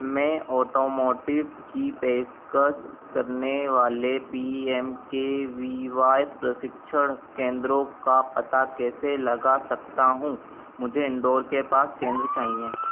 मैं ऑटोमोटिव की पेशकश करने वाले P M K V Y प्रशिक्षण केन्द्रों का पता कैसे लगा सकता हूँ मुझे इन्दौर के पास केन्द्र चाहिए